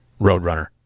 Roadrunner